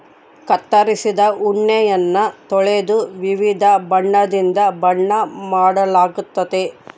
ಕತ್ತರಿಸಿದ ಉಣ್ಣೆಯನ್ನ ತೊಳೆದು ವಿವಿಧ ಬಣ್ಣದಿಂದ ಬಣ್ಣ ಮಾಡಲಾಗ್ತತೆ